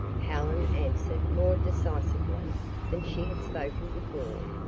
helen answered more decisively than she had spoken before.